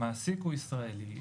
המעסיק הוא ישראלי,